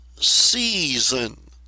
season